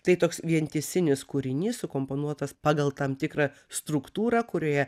tai toks vientisinis kūrinys sukomponuotas pagal tam tikrą struktūrą kurioje